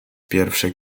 pierwsze